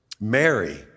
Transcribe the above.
Mary